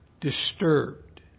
disturbed